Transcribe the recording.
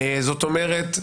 זאת אומרת,